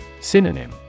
Synonym